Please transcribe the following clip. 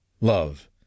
Love